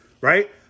right